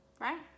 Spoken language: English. right